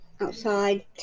outside